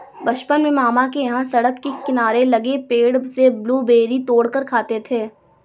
बचपन में मामा के यहां सड़क किनारे लगे पेड़ से ब्लूबेरी तोड़ कर खाते थे